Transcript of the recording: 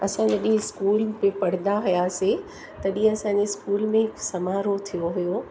असां जॾहिं स्कूल में पढ़दा हुआसीं तॾहिं असांजी स्कूल में समारोह थियो हुओ